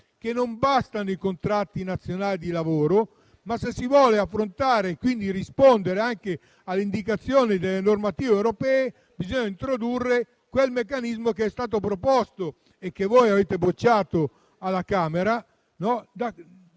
che non bastano i contratti nazionali di lavoro, e, se si vuole affrontare e quindi anche rispondere alle indicazioni delle normative europee, bisogna introdurre quel meccanismo che è stato proposto e che voi avete bocciato alla Camera,